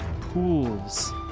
pools